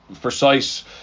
precise